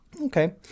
okay